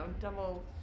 double